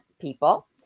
people